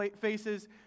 faces